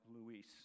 Luis